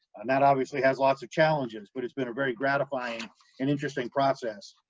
and that obviously has lots of challenges, but it's been a very gratifying and interesting process,